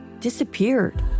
disappeared